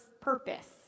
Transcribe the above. purpose